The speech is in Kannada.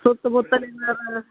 ಸುತ್ತಮುತ್ತಲು ಏನಾರು